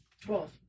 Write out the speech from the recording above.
Twelve